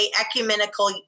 ecumenical